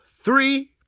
three